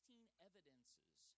evidences